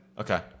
Okay